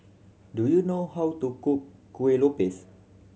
do you know how to cook Kuih Lopes